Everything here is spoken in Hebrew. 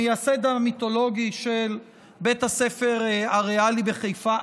המייסד המיתולוגי של בית הספר הריאלי בחיפה,